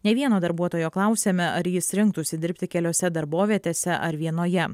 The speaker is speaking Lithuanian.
ne vieno darbuotojo klausėme ar jis rinktųsi dirbti keliose darbovietėse ar vienoje